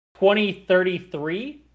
2033